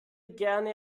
gerne